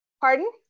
Pardon